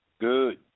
Good